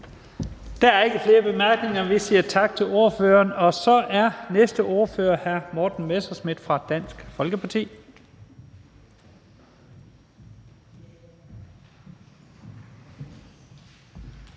Der er ikke flere korte bemærkninger. Vi siger tak til ordføreren. Så er næste ordfører hr. Morten Messerschmidt fra Dansk Folkeparti.